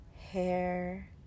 hair